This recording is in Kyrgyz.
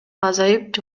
азайып